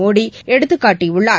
Modi எடுத்துக்காட்டியுள்ளார்